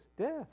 death